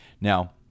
now